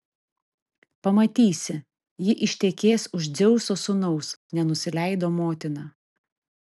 pamatysi ji ištekės už dzeuso sūnaus nenusileido motina